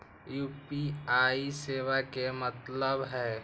UPI सेवा के का मतलब है?